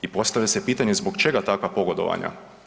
I postavlja se pitanje zbog čega takva pogodovanja?